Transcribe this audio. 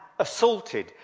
Assaulted